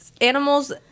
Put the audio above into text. animals